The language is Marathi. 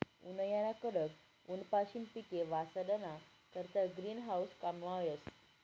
उन्हायाना कडक ऊनपाशीन पिके वाचाडाना करता ग्रीन हाऊस काममा येस